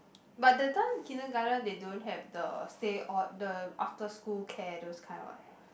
but that time kindergarten they don't have the stay all the after school care those kind what